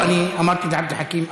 אמרתי לעבד אל חכים,